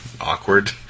awkward